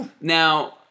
Now